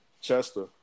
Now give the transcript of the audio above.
Chester